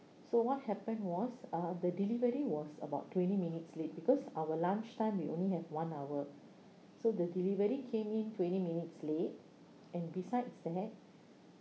so what happened was uh the delivery was about twenty minutes late because our lunchtime we only have one hour so the delivery came in twenty minutes late and besides that